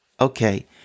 okay